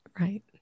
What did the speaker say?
Right